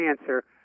answer